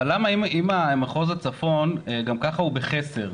אבל אם מחוז הצפון גם ככה הוא בחסר,